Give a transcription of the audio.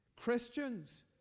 Christians